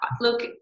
look